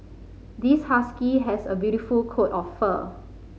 this husky has a beautiful coat of fur